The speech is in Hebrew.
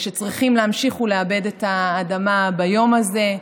שצריכים להמשיך ולעבד את האדמה ביום הזה,